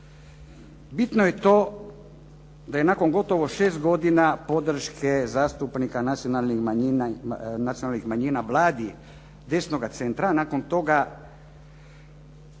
Bitno je to da je nakon gotovo šest godina podrške zastupnika nacionalnih manjina Vladi desnoga centra, nakon toga